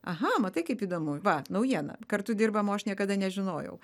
aha matai kaip įdomu va naujiena kartu dirbam o aš niekada nežinojau